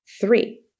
three